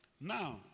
Now